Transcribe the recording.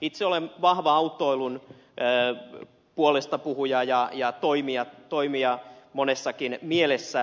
itse olen vahva autoilun puolestapuhuja ja toimija monessakin mielessä